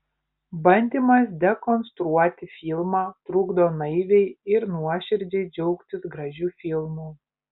bandymas dekonstruoti filmą trukdo naiviai ir nuoširdžiai džiaugtis gražiu filmu